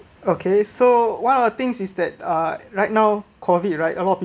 okay so one of the things is that uh right now COVID right a lot of